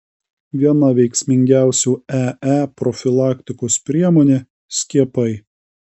viena veiksmingiausių ee profilaktikos priemonė skiepai